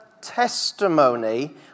testimony